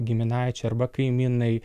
giminaičiai arba kaimynai